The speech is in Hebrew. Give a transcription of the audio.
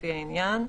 לפי העניין.